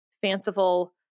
fanciful